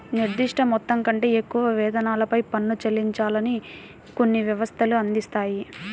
నిర్దిష్ట మొత్తం కంటే ఎక్కువ వేతనాలపై పన్ను చెల్లించాలని కొన్ని వ్యవస్థలు అందిస్తాయి